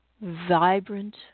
vibrant